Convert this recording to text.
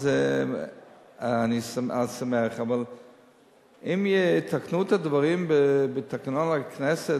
אני אשמח אם יתקנו את הדברים בתקנון הכנסת,